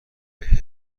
بهم